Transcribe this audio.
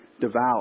devout